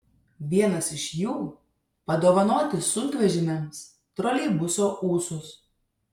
vienas iš jų padovanoti sunkvežimiams troleibuso ūsus